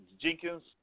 Jenkins